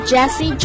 Jesse